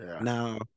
Now